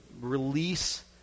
release